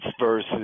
versus